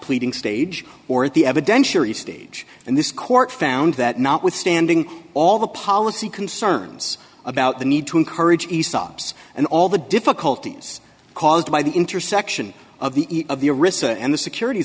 pleading stage or at the evidentiary stage and this court found that notwithstanding all the policy concerns about the need to encourage aesop's and all the difficulties caused by the intersection of the of the arista and the securit